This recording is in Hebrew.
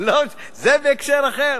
זה בהקשר אחר.